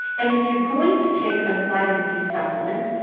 and if you're going to take a vitamin d supplement